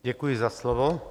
Děkuji za slovo.